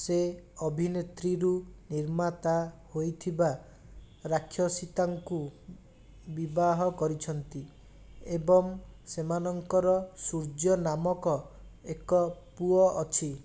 ସେ ଅଭିନେତ୍ରୀରୁ ନିର୍ମାତା ହୋଇଥିବା ରାକ୍ଷଶିତାଙ୍କୁ ବିବାହ କରିଛନ୍ତି ଏବଂ ସେମାନଙ୍କର ସୂର୍ଯ୍ୟ ନାମକ ଏକ ପୁଅ ଅଛି